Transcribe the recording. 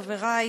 חברי,